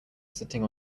sitting